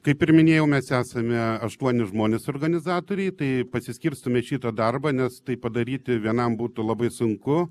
kaip ir minėjau mes esame aštuoni žmonės organizatoriai tai pasiskirstome šitą darbą nes tai padaryti vienam būtų labai sunku